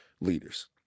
leaders